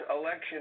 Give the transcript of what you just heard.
Election